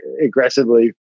aggressively